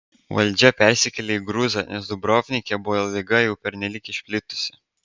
valdžia persikėlė į gruzą nes dubrovnike buvo liga jau pernelyg išplitusi